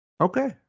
Okay